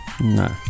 No